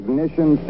Ignition